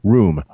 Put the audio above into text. Room